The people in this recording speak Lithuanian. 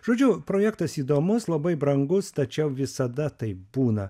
žodžiu projektas įdomus labai brangus tačiau visada taip būna